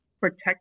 protect